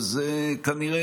וכנראה